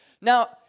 Now